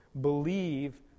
believe